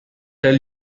tell